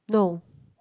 no